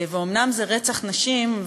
ואומנם זה רצח נשים,